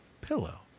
Pillow